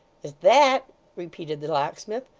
as that repeated the locksmith.